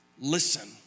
listen